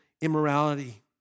immorality